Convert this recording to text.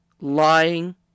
lying